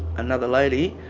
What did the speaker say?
another lady,